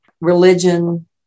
religion